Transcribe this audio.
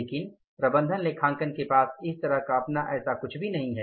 लेकिन प्रबंधन लेखांकन के पास इस तरह का अपना ऐसा कुछ भी नहीं है